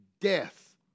death